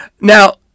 Now